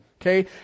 okay